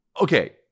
okay